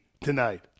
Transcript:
tonight